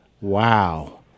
Wow